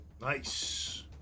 Nice